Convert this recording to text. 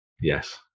Yes